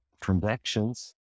transactions